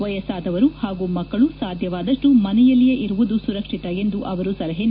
ವಯಸ್ಸಾದವರು ಹಾಗೂ ಮಕ್ಕಳು ಸಾಧ್ಯವಾದ ಮನೆಯಲ್ಲಿಯೇ ಇರುವುದು ಸುರಕ್ಷಿತ ಎಂದು ಅವರು ಸಲಹೆ ನೀಡಿದ್ದಾರೆ